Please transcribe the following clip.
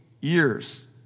years